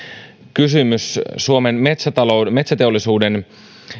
kysymys suomen metsäteollisuuden